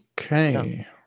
Okay